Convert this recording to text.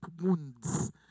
wounds